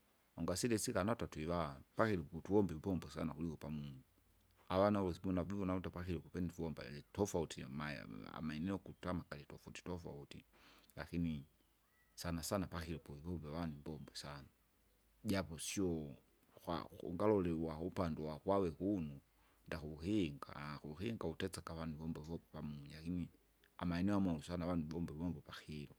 Ungasile isila notwa twivaa, pakilo putuvomba imbombo kuliko pamunyi, avana vosa biuna bivona nuta pakilo ukupenda uvomba iji tofauti yamae amaeneo kutama kalitofauti tofauti, lakini, sana sana pakilo pokikuve avanu imbombo sana, japo sio, ukwa ungalola uwakupande uwakwawe kunu, ndakukinga kukinga uteseka avanu vomba uvo- pamunya lakini, amaeneo amulu sana avanu vomba imbombo pakilo.